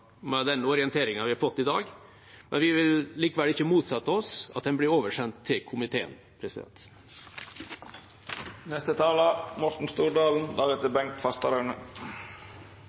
med den orienteringen vi har fått i dag, men vi vil likevel ikke motsette oss at den blir oversendt til komiteen.